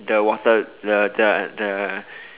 the water the the the